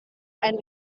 and